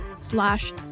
slash